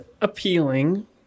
appealing